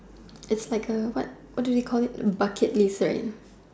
is like a what what do you call it bucket list right